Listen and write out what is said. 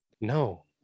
No